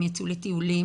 הם יצאו לטיולים.